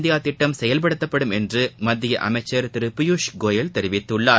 India திட்டம் செயல்படுத்தப்படும் என்று மத்திய அமைச்சர் திரு பியூஷ் கோயல் தெரிவித்துள்ளார்